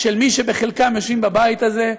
של מי שחלקם יושבים בבית הזה,